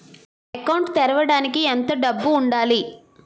Account తెరవడానికి ఎంత డబ్బు ఉండాలి?